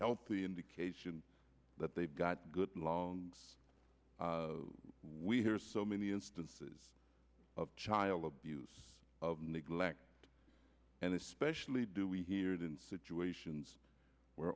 healthy indication that they've got good long we hear so many instances of child abuse of neglect and especially do we hear it in situations where